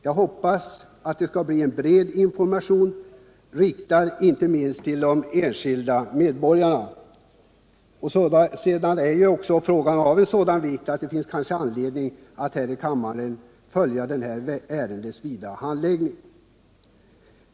Jag hoppas att det skall lämnas en bred information, riktad inte minst till de enskilda medborgarna. Frågan är också av sådan vikt att det finns anledning att här i kammaren noga följa ärendets vidare handläggning.